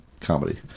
comedy